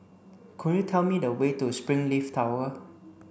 could you tell me the way to Springleaf Tower